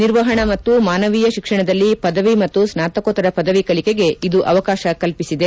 ನಿರ್ವಹಣಾ ಮತ್ತು ಮಾನವೀಯ ಶಿಕ್ಷಣದಲ್ಲಿ ಪದವಿ ಮತ್ತು ಸ್ನಾತಕೋತ್ತರ ಪದವಿ ಕಲಿಕೆಗೆ ಇದು ಅವಕಾಶ ಕಲ್ಪಸಿದೆ